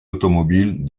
automobile